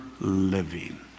living